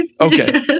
Okay